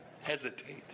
hesitate